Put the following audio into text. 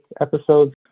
episodes